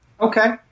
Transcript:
okay